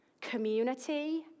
community